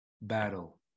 battle